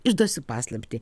išduosiu paslaptį